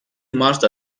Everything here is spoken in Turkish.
mart